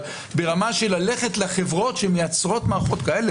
אבל ברמה של ללכת לחברות שמייצרות מערכות כאלה,